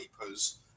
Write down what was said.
papers